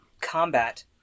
combat